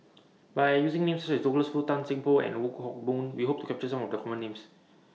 By using Names such as Douglas Foo Tan Seng Poh and The Wong Hock Boon We Hope to capture Some of The Common Names